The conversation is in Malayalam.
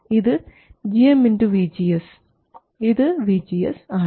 ഇത് gm vGS ഇത് vGS ആണ്